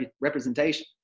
representation